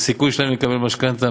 הסיכוי שלהם לקבל משכנתה,